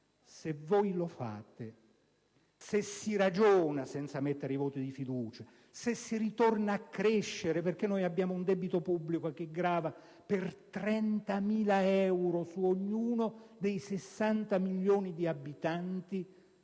se farete questo, se si ragiona senza chiedere voti di fiducia, se si ritorna a crescere - perché abbiamo un debito pubblico che grava per 30.000 euro su ognuno dei 60 milioni di abitanti